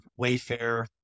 Wayfair